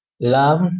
Love